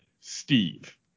Steve